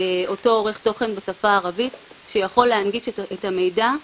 אותו עורך תוכן בשפה הערבית שיכול להנגיש את המידע.